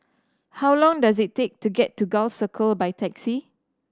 how long does it take to get to Gul Circle by taxi